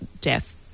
death